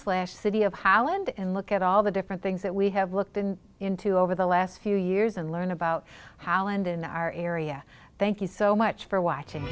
slash city of holland and look at all the different things that we have looked in into over the last few years and learn about how and in our area thank you so much for watching